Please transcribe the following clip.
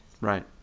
Right